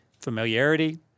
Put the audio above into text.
Familiarity